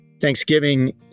Thanksgiving